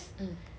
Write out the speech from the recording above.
mm